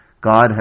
God